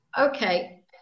Okay